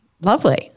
lovely